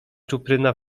czupryna